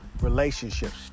relationships